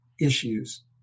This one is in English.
issues